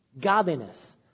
godliness